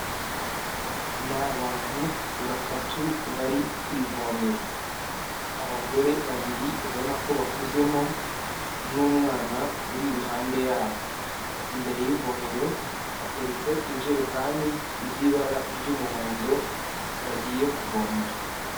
Ni abantu batatu bari ku ivomero, abagore babiri ubona ko bakuzemo n'umwana uri iruhande yabo, imbere y'ivomero hateretse injerekani z'ibara ry'umuhondo bagiye kuvomera.